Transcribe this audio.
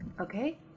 Okay